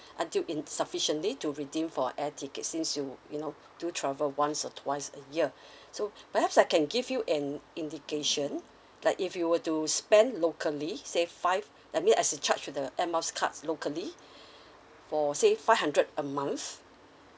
until in sufficiently to redeem for air tickets since you you know do travel once or twice a year so perhaps I can give you an indication like if you were to spend locally say five I mean as in charge to the air miles cards locally for say five hundred a month